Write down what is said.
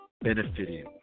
benefiting